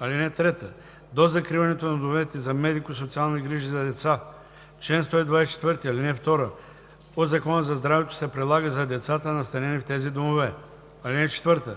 (3) До закриването на домовете за медико-социални грижи за деца чл. 124, ал. 2 от Закона за здравето се прилага за децата, настанени в тези домове. (4)